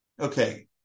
Okay